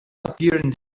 appearance